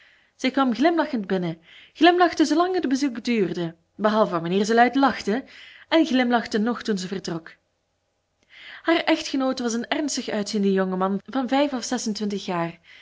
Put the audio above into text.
zij kwam glimlachend binnen glimlachte zoo lang het bezoek duurde behalve wanneer ze luid lachte en glimlachte nog toen ze vertrok haar echtgenoot was een ernstig uitziende jonge man van vijf of zes en twintig jaar